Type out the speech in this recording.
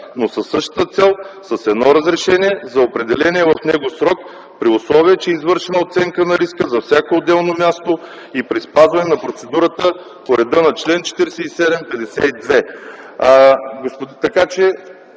но със същата цел с едно разрешение за определения в него срок, при условие че е извършена оценка на риска за всяко отделно място и при спазване на процедурата по реда на чл. 47-52.”